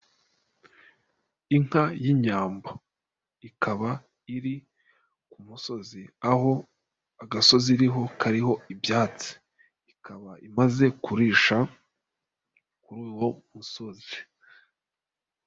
Inka y'inyambo, ikaba iri ku musozi, aho agasozi iriho kariho ibyatsi, ikaba imaze kurisha kuri uwo musozi.